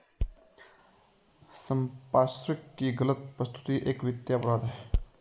संपार्श्विक की गलत प्रस्तुति एक वित्तीय अपराध है